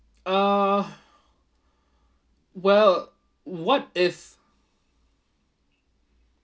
uh well what if